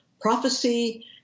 prophecy